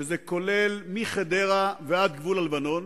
שזה מחדרה ועד גבול הלבנון,